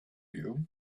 you